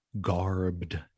garbed